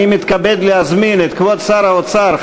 אני מתכבד להזמין את כבוד שר האוצר,